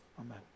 Amen